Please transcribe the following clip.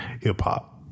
hip-hop